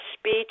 speech